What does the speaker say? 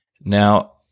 Now